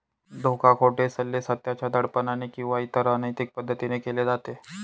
धोका, खोटे सल्ले, सत्याच्या दडपणाने किंवा इतर अनैतिक पद्धतीने केले जाते